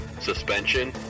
suspension